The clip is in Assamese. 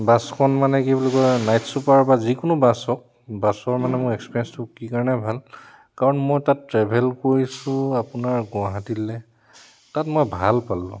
বাছখন মানে কি বুলি কয় নাইট ছুপাৰ বা যিকোনো বাছ হওক বাছৰ মানে এক্সপিৰিয়েঞ্চটো কি কাৰণে ভাল কাৰণ মই তাত ট্ৰেভেল কৰিছোঁ আপোনাৰ গুৱাহাটীলৈ তাত মই ভাল পালোঁ